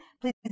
please